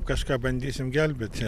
kažką bandysim gelbėti